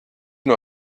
nur